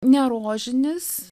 ne rožinis